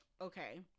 okay